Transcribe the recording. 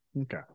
Okay